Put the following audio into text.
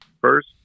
first